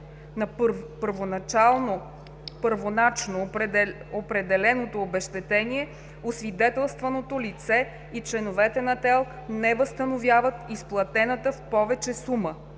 на първоначално определеното обезщетение, освидетелстваното лице и членовете на ТЕЛК, не възстановяват изплатената в повече сума“;